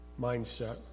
mindset